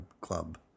club